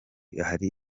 hari